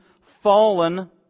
fallen